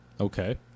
Okay